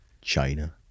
China